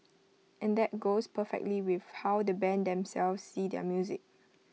and that goes perfectly with how the Band themselves see their music